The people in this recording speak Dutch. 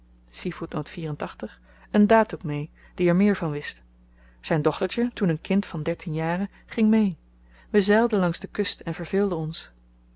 een datoe mee die er meer van wist zyn dochtertje toen een kind van dertien jaren ging mee we zeilden langs de kust en verveelden ons